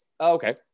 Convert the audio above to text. Okay